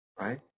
Right